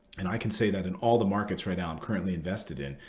and i can say that in all the markets right now i'm currently invested in.